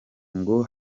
ngo